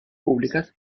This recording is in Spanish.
públicas